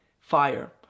fire